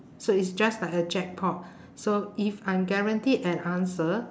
so it's just like a jackpot so if I'm guaranteed an answer